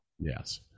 Yes